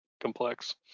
complex